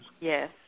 Yes